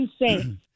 insane